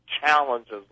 challenges